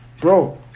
bro